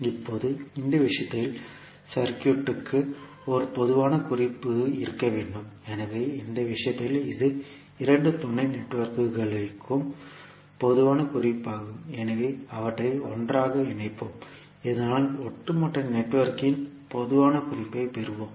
இப்போது இந்த விஷயத்தில் சர்க்யூட்க்கு ஒரு பொதுவான குறிப்பு இருக்க வேண்டும் எனவே இந்த விஷயத்தில் இது இரண்டு துணை நெட்வொர்க்குகளுக்கும் பொதுவான குறிப்பு ஆகும் எனவே அவற்றை ஒன்றாக இணைப்போம் இதனால் ஒட்டுமொத்த நெட்வொர்க்கின் பொதுவான குறிப்பைப் பெறுவோம்